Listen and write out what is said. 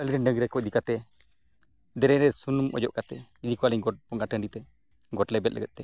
ᱟᱹᱞᱤᱧ ᱨᱮᱱ ᱰᱟᱹᱝᱨᱤ ᱠᱚ ᱤᱫᱤ ᱠᱟᱛᱮᱫ ᱫᱮᱨᱮᱧ ᱨᱮ ᱥᱩᱱᱩᱢ ᱚᱡᱚᱜ ᱠᱟᱛᱮᱫ ᱤᱫᱤ ᱠᱚᱣᱟ ᱞᱤᱧ ᱜᱚᱰ ᱵᱚᱸᱜᱟ ᱴᱟᱺᱰᱤᱛᱮ ᱜᱚᱴ ᱞᱮᱵᱮᱫ ᱞᱟᱹᱜᱤᱫᱛᱮ